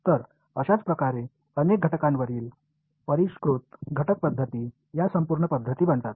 तर अशाच प्रकारे अनेक घटकांवरील परिष्कृत घटक पद्धती या संपूर्ण पद्धती बनवतात